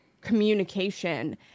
communication